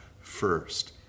first